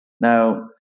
Now